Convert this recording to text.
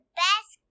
best